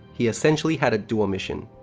he essentially had a dual mission